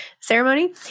ceremony